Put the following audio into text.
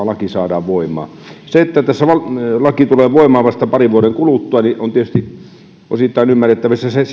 laki saadaan voimaan se että laki tulee voimaan vasta parin vuoden kuluttua on tietysti osittain ymmärrettävissä